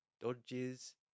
dodges